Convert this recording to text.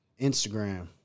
Instagram